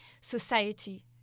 society